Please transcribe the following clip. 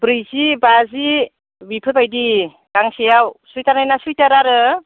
ब्रैजि बाजि बेफोरबादि गांसेयाव सुइटार नायना सुइटार आरो